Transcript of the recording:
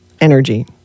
energy